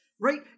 right